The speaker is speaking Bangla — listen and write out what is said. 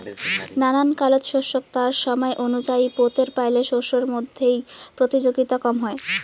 নানান কালত শস্যক তার সমায় অনুযায়ী পোতের পাইলে শস্যর মইধ্যে প্রতিযোগিতা কম হয়